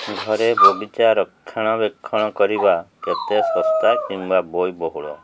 ଘରେ ବଗିଚା ରକ୍ଷଣବେକ୍ଷଣ କରିବା କେତେ ଶସ୍ତା କିମ୍ବା ବୋଇବହୁଳ